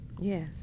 Yes